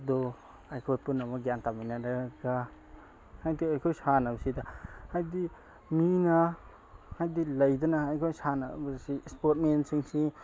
ꯑꯗꯣ ꯑꯩꯈꯣꯏ ꯄꯨꯝꯅꯃꯛ ꯒ꯭ꯌꯥꯟ ꯇꯥꯃꯤꯟꯅꯔꯒ ꯍꯥꯏꯗꯤ ꯑꯩꯈꯣꯏ ꯁꯥꯟꯅꯕꯁꯤꯗ ꯍꯥꯏꯗꯤ ꯃꯤꯅ ꯍꯥꯏꯗꯤ ꯂꯩꯗꯅ ꯑꯩꯈꯣꯏ ꯁꯥꯟꯅꯕꯁꯤ ꯏꯁꯄꯣꯔꯠꯃꯦꯟꯁꯤꯡꯁꯤ